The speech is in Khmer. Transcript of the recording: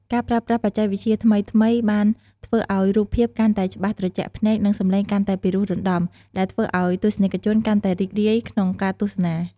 ការប្រើប្រាស់បច្ចេកវិទ្យាថ្មីៗបានធ្វើឱ្យរូបភាពកាន់តែច្បាស់ត្រជាក់ភ្នែក និងសំឡេងកាន់តែពីរោះរណ្ដំ ដែលធ្វើឱ្យទស្សនិកជនកាន់តែរីករាយក្នុងការទស្សនា។